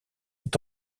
est